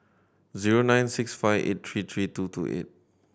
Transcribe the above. zero nine six five eight three three two two eight